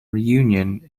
reunion